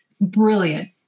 brilliant